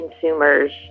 consumers